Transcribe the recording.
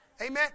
Amen